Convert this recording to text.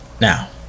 Now